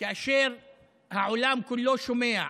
כאשר העולם כולו שומע: